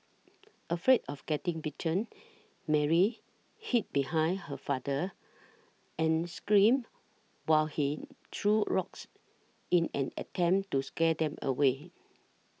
afraid of getting bitten Mary hid behind her father and screamed while he threw rocks in an attempt to scare them away